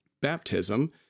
baptism